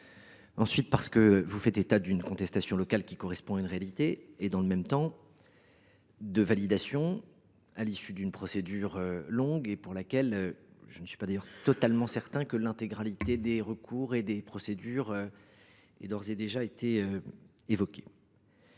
Ensuite, vous faites état d’une contestation locale, ce qui correspond à une réalité, mais la validation de ce projet, à l’issue d’une procédure longue et pour laquelle je ne suis d’ailleurs pas totalement certain que l’intégralité des recours et des procédures ait d’ores et déjà été évoquée,